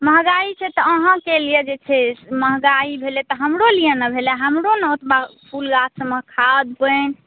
महगाई छै तऽ अहाँकेँ लिए जे छै महगाई भेलै तऽ हमरो लिए ने भेलै हमरो ने ओतबा फुल सबमे खाद्य पानि